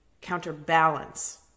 counterbalance